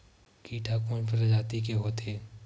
कीट ह कोन प्रजाति के होथे?